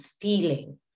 feeling